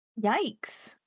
Yikes